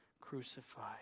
crucified